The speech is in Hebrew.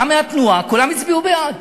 גם מהתנועה, כולם הצביעו בעד?